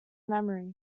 memory